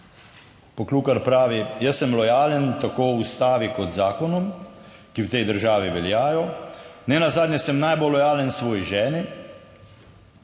Poklukar pravi, jaz sem lojalen tako v ustavi kot zakonom, ki v tej državi veljajo. Nenazadnje sem najbolj lojalen svoji ženi